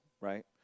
right